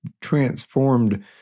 transformed